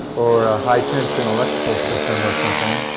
or a high-tension electrical system or something.